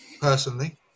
personally